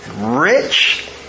rich